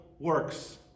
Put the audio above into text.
works